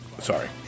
Sorry